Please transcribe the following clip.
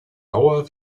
bauer